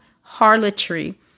harlotry